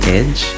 Edge